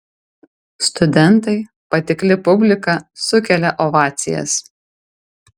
studentai patikli publika sukelia ovacijas